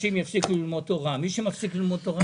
לא יושבים איתן כי הן נשים נחמדות?